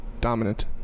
Dominant